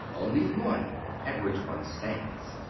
only one at which one stands.